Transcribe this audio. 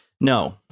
No